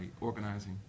organizing